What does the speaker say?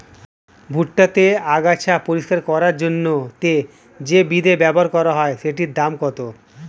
ভুট্টা তে আগাছা পরিষ্কার করার জন্য তে যে বিদে ব্যবহার করা হয় সেটির দাম কত?